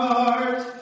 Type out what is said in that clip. Heart